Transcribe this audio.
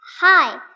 hi